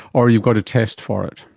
or you've got to test for it?